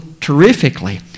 terrifically